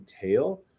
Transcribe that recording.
tail